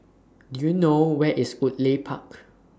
Do YOU know Where IS Woodleigh Park